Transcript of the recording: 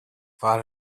far